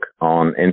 on